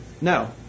No